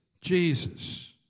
Jesus